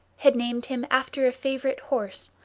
had named him after a favourite horse,